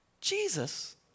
Jesus